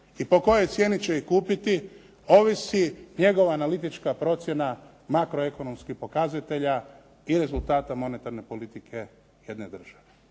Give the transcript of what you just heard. i po kojoj cijeni će ih kupiti ovisi njegova analitička procjena makro-ekonomskih pokazatelja i rezultata monetarne politike jedne države,